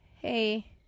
hey